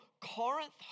Corinth